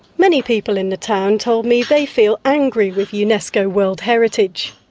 many people in the town told me they feel angry with unesco world heritage.